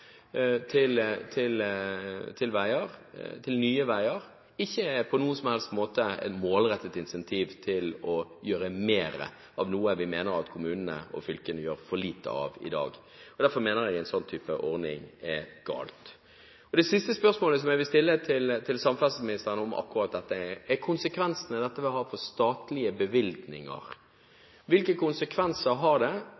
penger til nye veier, ikke på noen som helst måte er et målrettet incentiv til å gjøre mer av noe vi mener at kommunene og fylkene gjør for lite av i dag. Derfor mener jeg det er galt med en slik type ordning. Det siste spørsmålet som jeg vil stille til samferdselsministeren om akkurat dette, går på konsekvensene dette vil ha for statlige